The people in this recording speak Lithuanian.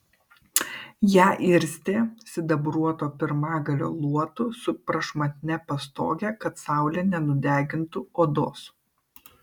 ją irstė sidabruoto pirmagalio luotu su prašmatnia pastoge kad saulė nenudegintų odos